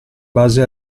base